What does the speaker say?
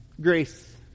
grace